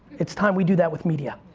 it's time we do that with media.